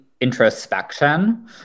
introspection